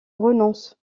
renonce